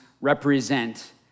represent